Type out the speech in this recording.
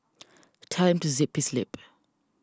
tell him to zip his lip